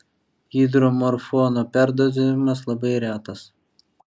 hidromorfono perdozavimas labai retas